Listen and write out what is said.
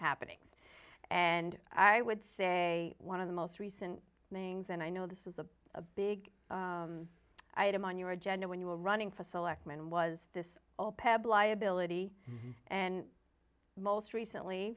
happenings and i would say one of the most recent things and i know this was a a big item on your agenda when you were running for selectman was this all peb liability and most recently